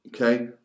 okay